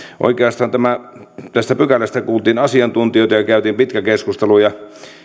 oikeastaan tästä pykälästä kuultiin asiantuntijoita ja käytiin pitkä keskustelu ja